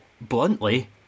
bluntly